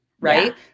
right